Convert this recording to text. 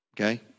okay